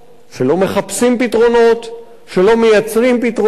שלא מחפשים פתרונות, שלא מייצרים פתרונות